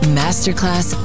masterclass